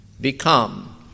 Become